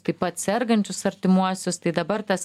taip pat sergančius artimuosius tai dabar tas